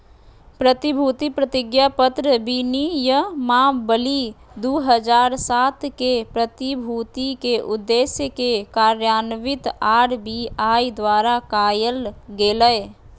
प्रतिभूति प्रतिज्ञापत्र विनियमावली दू हज़ार सात के, प्रतिभूति के उद्देश्य के कार्यान्वित आर.बी.आई द्वारा कायल गेलय